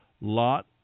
Lot